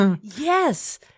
Yes